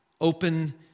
open